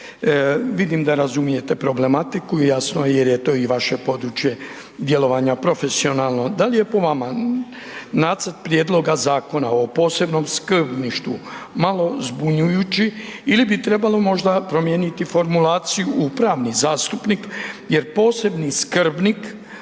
Vidim da razumijete problematiku, jasno jer je to i vaše područje djelovanja profesionalno. Da li je po vama Nacrt prijedloga zakona o posebnom skrbništvu malo zbunjujući ili bi trebalo možda promijeniti formulaciju u pravni zastupnik jer posebni skrbnik